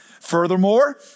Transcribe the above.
Furthermore